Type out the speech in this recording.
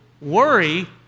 worry